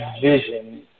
vision